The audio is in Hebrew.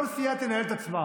כל סיעה תנהל את עצמה.